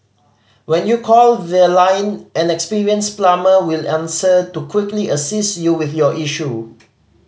when you call their line an experienced plumber will answer to quickly assist you with your issue